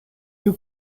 you